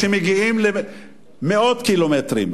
שמגיעים למאות קילומטרים,